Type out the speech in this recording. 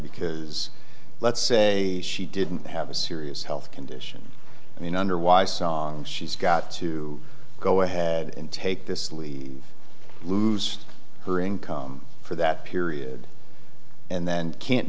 because let's say she didn't have a serious health condition i mean under why song she's got to go ahead and take this leave lose her income for that period and then can't